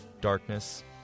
darkness